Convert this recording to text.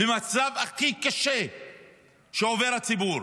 במצב הכי קשה שעובר הציבור,